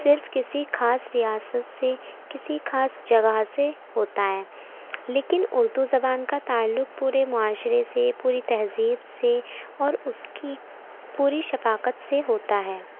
صرف کسی خاص ریاست سے کسی خاص جگہ سے ہوتا ہے لیکن اردو زبان کا تعلق پورے معاشرے سے پوری تہذیب سے اور اس کی پوری ثقافت سے ہوتا ہے